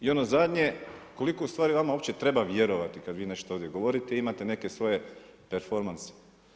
I ono zadnje, koliko utvari vama uopće treba vjerovati, kada vi nešto ovdje govorite, imate neke svoje performanse.